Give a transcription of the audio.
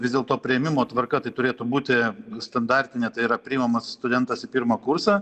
vis dėlto priėmimo tvarka tai turėtų būti standartinė tai yra priimamas studentas į pirmą kursą